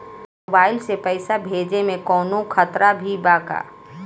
Mobile से पैसा भेजे मे कौनों खतरा भी बा का?